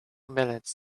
minutes